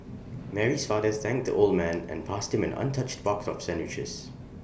Mary's father thanked the old man and passed him an untouched box of sandwiches